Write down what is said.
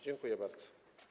Dziękuję bardzo.